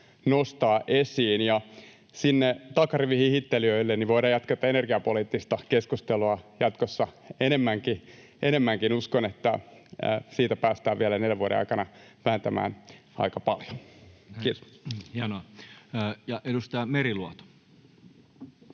nostavat esiin. — Ja sinne takarivin hihittelijöille: voidaan jatkaa tätä energiapoliittista keskustelua jatkossa enemmänkin. Uskon, että siitä päästään vielä neljän vuoden aikana vääntämään aika paljon. — Kiitos. [Speech 52] Speaker: